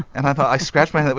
and i thought, i scratched my head.